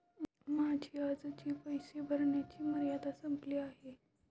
माझी आजची पैसे भरण्याची मर्यादा संपली आहे